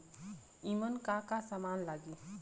ईमन का का समान लगी?